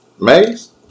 Mays